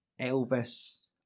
Elvis